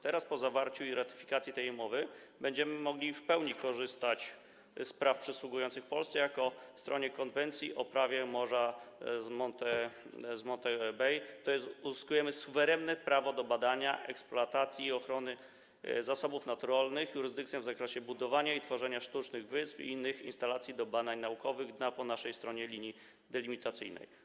Teraz, po zawarciu i ratyfikacji tej umowy, będziemy mogli w pełni korzystać z praw przysługujących Polsce jako stronie konwencji o prawie morza z Montego Bay, tj. uzyskamy suwerenne prawo do badania, eksploatacji i ochrony zasobów naturalnych, jurysdykcję w zakresie budowania i tworzenia sztucznych wysp i innych instalacji do badań naukowych dna po naszej stronie linii delimitacyjnej.